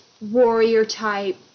warrior-type